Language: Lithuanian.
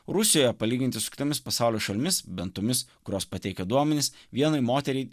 rusijoje palyginti su kitomis pasaulio šalimis bent tomis kurios pateikia duomenis vienai moteriai